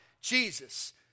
Jesus